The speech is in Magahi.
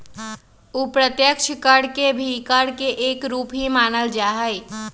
अप्रत्यक्ष कर के भी कर के एक रूप ही मानल जाहई